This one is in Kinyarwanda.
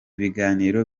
biganiro